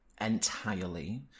entirely